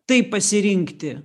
tai pasirinkti